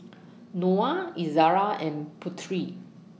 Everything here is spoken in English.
Noah Izara and Putri